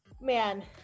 man